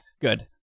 good